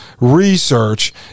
research